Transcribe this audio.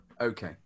okay